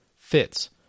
fits